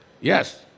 Yes